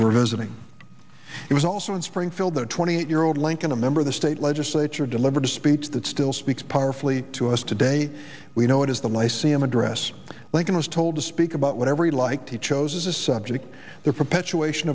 were visiting he was also in springfield the twenty eight year old lincoln a member of the state legislature delivered a speech that still speaks powerfully to us today we know it is the lyceum address lincoln was told to speak about whatever he liked he chose as a subject the perpetuation